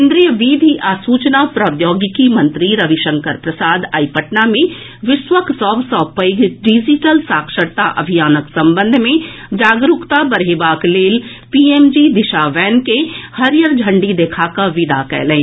केन्द्रीय विधि आ सूचना प्रौद्योगिकी मंत्री रविशंकर प्रसाद आइ पटना मे विश्वक सभ सँ पैघ डिजिटल साक्षरता अभियानक संबंध मे जागरूकता बढ़ेबाक लेल पीएमजी दिशा वैन के हरियर झंडी देखाकऽ विदा कयलनि